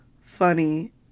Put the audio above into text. funny